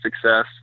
success